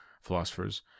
philosophers